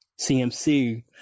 cmc